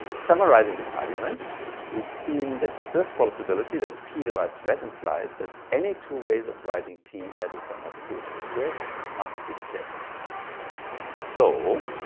summarizing that argument we've seen that the first possibility that p divides red implies that any two ways of writing p as a sum of two integer squares must be the same and so,